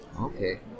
okay